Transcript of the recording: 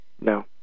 no